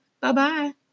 Bye-bye